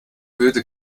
würde